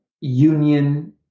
union